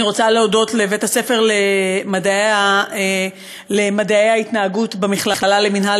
אני רוצה להודות לבית-הספר למדעי ההתנהגות במכללה למינהל,